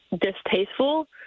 distasteful